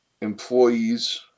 employees